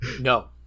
no